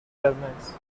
قرمز